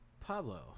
pablo